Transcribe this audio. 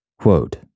Quote